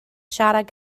siarad